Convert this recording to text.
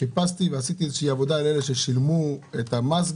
חיפשתי ועשיתי איזושהי עבודה על אלה ששילמו את המס.